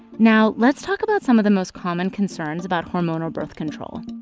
now let's talk about some of the most common concerns about hormonal birth control